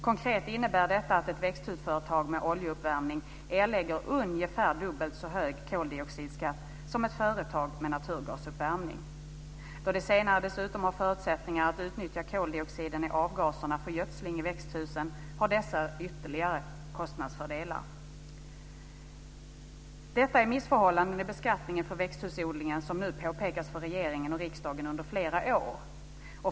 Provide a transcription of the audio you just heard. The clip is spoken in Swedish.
Konkret innebär detta att ett växthusföretag med oljeuppvärmning erlägger ungefär dubbelt så hög koldioxidskatt som ett företag med naturgasuppvärmning. Då de senare dessutom har förutsättningar att utnyttja koldioxiden i avgaserna för gödsling i växthusen har dessa ytterligare kostnadsfördelar. Detta är missförhållanden i beskattningen för växthusodlingen som påpekats för regeringen och riksdagen under flera år.